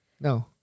No